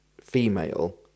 female